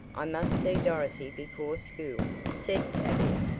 i must see dorothy before school, said tavia,